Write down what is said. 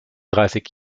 dreißig